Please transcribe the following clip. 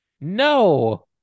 No